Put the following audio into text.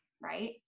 right